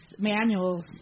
manuals